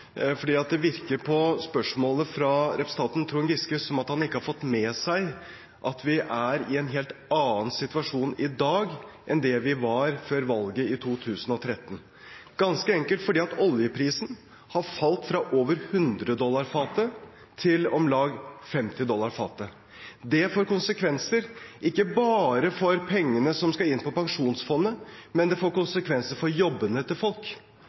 fra representanten Trond Giske som at han ikke har fått med seg at vi er i en helt annen situasjon i dag enn det vi var før valget i 2013, ganske enkelt fordi oljeprisen har falt fra over 100 dollar fatet til om lag 50 dollar fatet. Det får konsekvenser ikke bare for pengene som skal inn på pensjonsfondet, men det får konsekvenser for jobbene til folk.